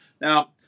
Now